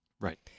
Right